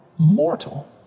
mortal